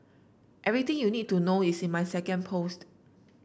everything you need to know is in my second post